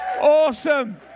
Awesome